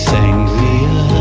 Sangria